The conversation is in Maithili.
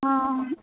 हँ